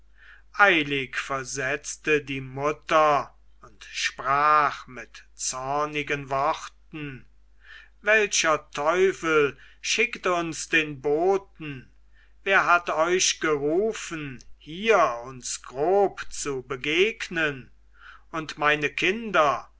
eilig versetzte die mutter und sprach mit zornigen worten welcher teufel schickt uns den boten wer hat euch gerufen hier uns grob zu begegnen und meine kinder